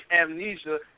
amnesia